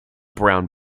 brown